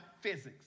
physics